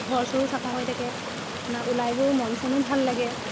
ঘৰ চৰো চাফা হৈ থাকে না ওলাই গৈয়ো মন চনো ভাল লাগে